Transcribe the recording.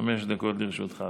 חמש דקות לרשותך.